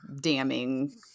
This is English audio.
damning